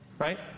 Right